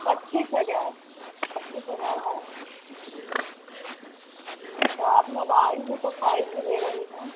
पच्चीस हज़ार पच्चीस हज़ार है तो आप मोबाइल भी तो फाइव जी ले रही हैं